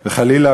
חלילה,